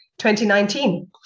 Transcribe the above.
2019